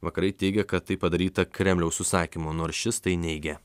vakarai teigia kad tai padaryta kremliaus užsakymu nors šis tai neigia